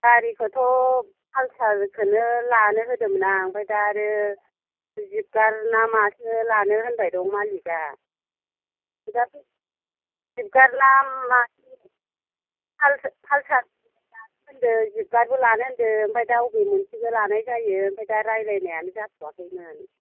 गारिखौथ' पालसारखौनो लानो होदोंमोन आं ओमफ्राय दा आरो जिब गार्ड ना मा सो लानो होनबाय दं मालिकआ दाथ' जिब गार्ड ना मा पालसारबो लानो होनदों जिब गार्डबो लानो होनदों ओमफ्राय दा अबे मोनसेखौ लानाय जायो ओमफ्राय दा रायलायनायानो जाथ'वाखैमोन